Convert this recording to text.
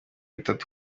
itatu